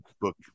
book